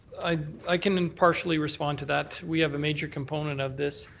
i can partially respond to that. we have a major component of this,